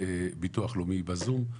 ביטוח לאומי נמצאים כאן בזום,